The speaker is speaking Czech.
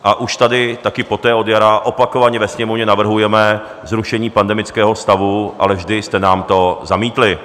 A už tady taky poté od jara opakovaně ve Sněmovně navrhujeme zrušení pandemického stavu, ale vždy jste nám to zamítli.